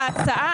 לפי ההצעה,